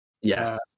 Yes